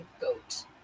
goat